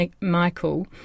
Michael